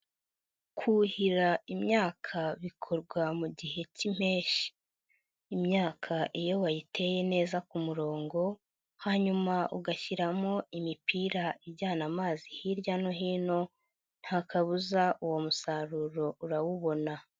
Kuhira imyaka bikorwa mu gihe k'impeshyi, imyaka iyo wayiteye neza ku murongo hanyuma ugashyiramo imipira ijyana amazi hirya no hino, nta kabuza uwo musaruro urawubona.